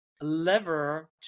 lever